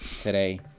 today